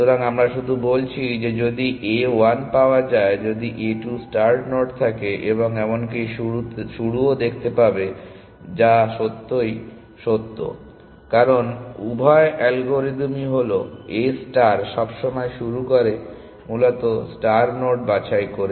সুতরাং আমরা শুধু বলছি যে যদি a 1 পাওয়া যায় যদি a 2 স্টার্ট নোড থাকে এবং এমনকি শুরুও দেখতে পাবে যা সত্যই সত্য কারণ উভয় অ্যালগরিদমই হল A স্টার সবসময় শুরু করে মূলত স্টার নোড বাছাই করে